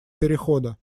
перехода